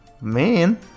man